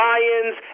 Lions